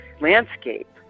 landscape